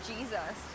Jesus